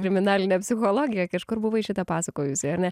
kriminalinė psichologija kažkur buvai šitą pasakojusi ar ne